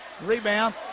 rebound